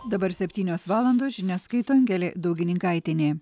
dabar septynios valandos žinias skaito angelė daugininkaitienė